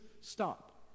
stop